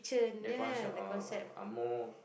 their concepts are are are more